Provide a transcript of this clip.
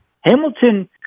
Hamilton